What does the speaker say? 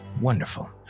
Wonderful